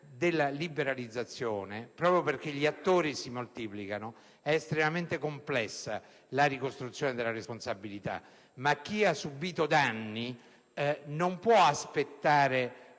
della liberalizzazione, proprio perché gli attori si moltiplicano, è estremamente complessa la ricostruzione della responsabilità, ma chi ha subito danni non può aspettare